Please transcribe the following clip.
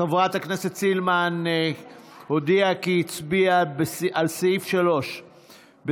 חברת הכנסת סילמן הודיעה כי היא הצביעה על סעיף 3 בסדר-היום,